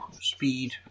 speed